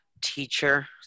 teacher